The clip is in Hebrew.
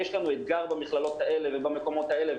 יש לנו אתגר במכללות האלה ובמקומות האלה,